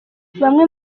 bamwe